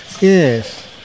Yes